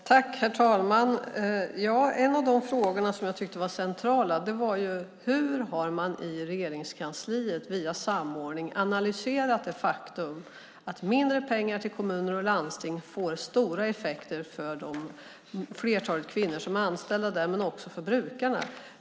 Herr talman! Några av de frågor som jag tyckte var centrala var: Hur har man i Regeringskansliet via samordning analyserat det faktum att mindre pengar till kommuner och landsting får stora effekter för flertalet kvinnor som är anställda där men också för brukarna?